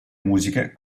musiche